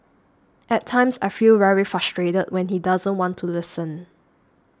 at times I feel very frustrated when he doesn't want to listen